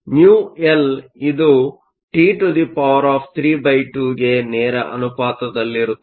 μI ಇದು T32 ಗೆ ನೇರ ಅನುಪಾತದಲ್ಲಿರುತ್ತದೆ